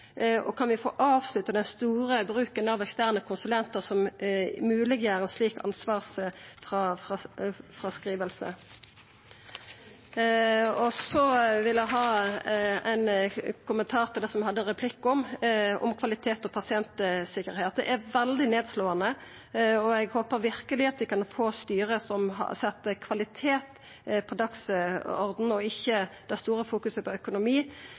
Kan vi avslutta den store bruken av eksterne konsulentar som mogleggjer slik ansvarsfråskriving? Eg vil så kommentera det eg hadde replikk om – kvalitet og pasientsikkerheit. Det er veldig nedslåande, og eg håpar verkeleg vi kan få eit styre som kan setja kvalitet på dagsordenen og ikkje berre fokusera på økonomi.